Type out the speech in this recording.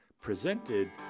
presented